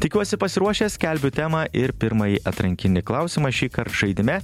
tikiuosi pasiruošę skelbiu temą ir pirmąjį atrankinį klausimą šįkart žaidime